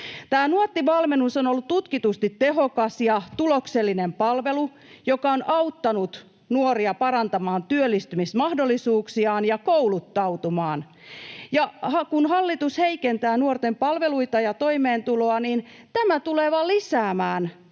Nuotti-valmennus on ollut tutkitusti tehokas ja tuloksellinen palvelu, joka on auttanut nuoria parantamaan työllistymismahdollisuuksiaan ja kouluttautumaan, ja kun hallitus heikentää nuorten palveluita ja toimeentuloa, niin tämä tulee vain lisäämään